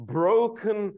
broken